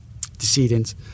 decedents